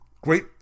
great